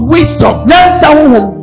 Wisdom